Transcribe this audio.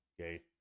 okay